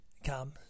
come